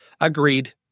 agreed